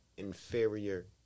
inferior